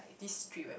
this street whereby